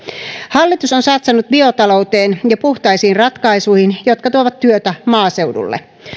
hallitus on satsannut biotalouteen ja puhtaisiin ratkaisuihin jotka tuovat työtä maaseudulle